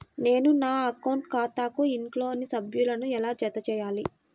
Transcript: నేను నా అకౌంట్ ఖాతాకు ఇంట్లోని సభ్యులను ఎలా జతచేయాలి?